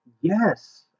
Yes